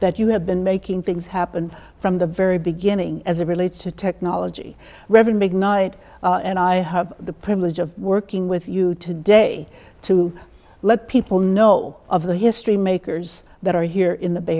that you have been making things happen from the very beginning as it relates to technology revenue big night and i have the privilege of working with you today to let people know of the history makers that are here in the bay